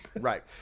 Right